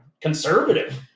conservative